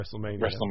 Wrestlemania